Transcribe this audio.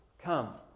come